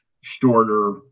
shorter